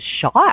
shot